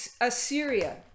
assyria